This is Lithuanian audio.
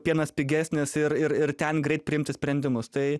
pienas pigesnis ir ir ir ten greit priimti sprendimus tai